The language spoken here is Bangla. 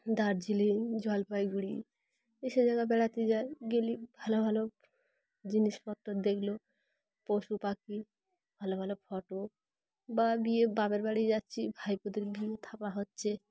দার্জিলিং জলপাইগুড়ি এসব জায়গা বেড়াতে যাই গেলে ভালো ভালো জিনিসপত্র দেখলো পশু পাখি ভালো ভালো ফটো বা বিয়ে বাপের বাড়ি যাচ্ছি ভাইপোদের বিয়ে থা হচ্ছে